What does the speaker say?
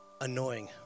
annoying